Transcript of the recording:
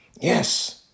Yes